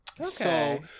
Okay